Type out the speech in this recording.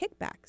kickbacks